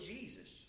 Jesus